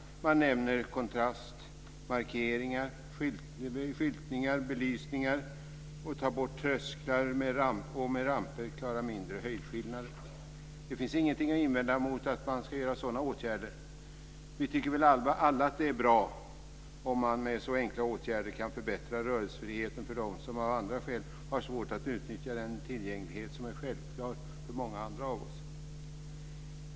Man nämner kontrastmarkeringar, skyltning, belysning, borttagande av trösklar och utjämning av mindre höjdskillnader med ramper. Det finns ingenting att invända mot att sådana här åtgärder vidtas. Vi tycker väl alla att det är bra, om man med så enkla åtgärder kan förbättra rörelsefriheten för dem som av olika skäl har svårt att utnyttja den tillgänglighet som är självklar för många andra av oss.